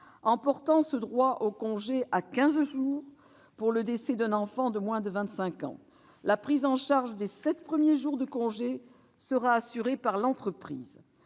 en portant le droit au congé à quinze jours pour le décès d'un enfant de moins de 25 ans. La prise en charge des sept premiers jours de congé sera assurée par l'entreprise.